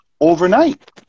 overnight